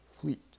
fleet